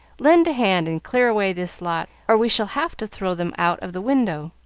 lend a hand and clear away this lot, or we shall have to throw them out of the window.